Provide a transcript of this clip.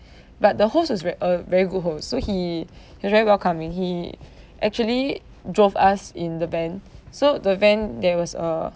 but the host was very a very good host so he has was very welcoming he actually drove us in the van so the van there was a